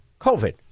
COVID